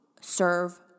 serve